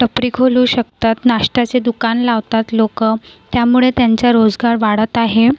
टपरी खोलू शकतात नाष्ट्याचे दुकान लावतात लोकं त्यामुळे त्यांचा रोजगार वाढत आहे